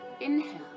Inhale